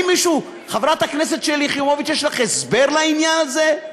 חברת הכנסת שלי יחימוביץ, יש לך הסבר לעניין הזה?